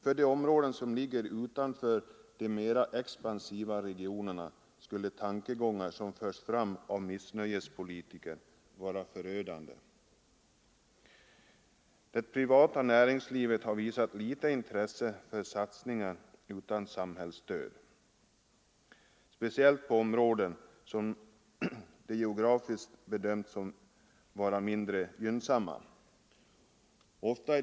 För de områden som ligger utanför de mera expansiva regionerna skulle tankegångar som förs fram av missnöjespolitiker vara förödande. Det privata näringslivet har visat litet intresse för satsningar utan samhällsstöd, speciellt i områden som bedömts vara geografiskt mindre gynnsamma.